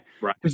right